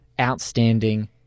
outstanding